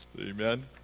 amen